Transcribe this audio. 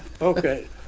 Okay